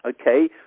Okay